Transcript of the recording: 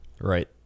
Right